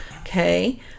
Okay